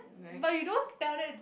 but you don't tell that is a